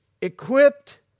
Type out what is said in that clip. Equipped